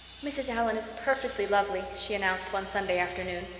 mrs. allan is perfectly lovely, she announced one sunday afternoon.